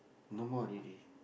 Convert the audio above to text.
no more already